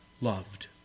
loved